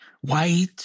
White